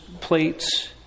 plates